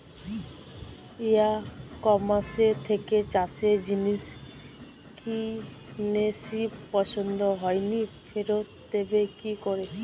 ই কমার্সের থেকে চাষের জিনিস কিনেছি পছন্দ হয়নি ফেরত দেব কী করে?